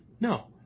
No